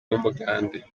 w’umugande